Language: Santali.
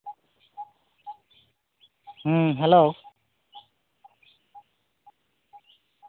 ᱦᱩᱸ ᱦᱮᱞᱳ